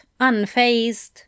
unfazed